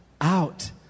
out